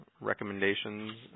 recommendations